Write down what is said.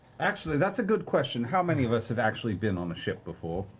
actually, that's a good question. how many of us have actually been on a ship before?